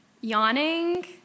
yawning